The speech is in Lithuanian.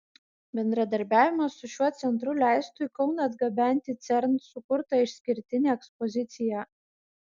bendradarbiavimas su šiuo centru leistų į kauną atgabenti cern sukurtą išskirtinę ekspoziciją